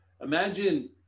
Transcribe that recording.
imagine